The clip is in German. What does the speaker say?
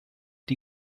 die